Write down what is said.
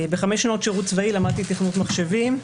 בחמש שנות שירות צבאי למדתי תכנות מחשבים.